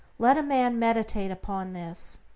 let a man meditate upon this,